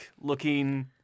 looking